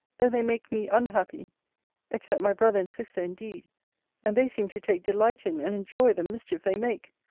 though they make me unhappy except my brother and sister, indeed and they seem to take delight in and enjoy the mischief they make.